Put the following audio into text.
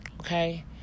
okay